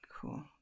cool